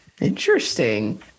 Interesting